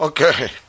Okay